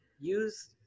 use